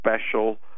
special